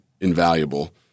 invaluable